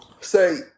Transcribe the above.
say